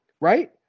right